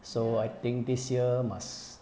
so I think this year must